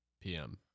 PM